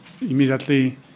immediately